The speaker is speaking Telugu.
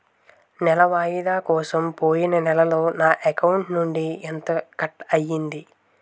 నెల వాయిదా కోసం పోయిన నెలలో నా అకౌంట్ నుండి ఎంత కట్ అయ్యింది?